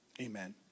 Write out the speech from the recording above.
amen